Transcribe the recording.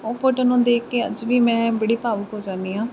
ਉਹ ਫੋਟੋ ਨੂੰ ਦੇਖ ਕੇ ਅੱਜ ਵੀ ਮੈਂ ਬੜੀ ਭਾਵੁਕ ਹੋ ਜਾਂਦੀ ਹਾਂ